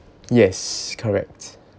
yes correct